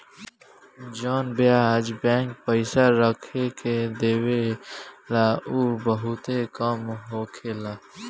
जवन ब्याज बैंक पइसा रखला के देवेला उ बहुते कम होखेला